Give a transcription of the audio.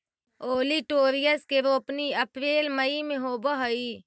olitorius के रोपनी अप्रेल मई में होवऽ हई